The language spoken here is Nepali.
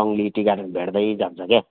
रङ्ली टि गार्डन भेट्दै जान्छ क्या